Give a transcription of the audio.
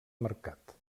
mercat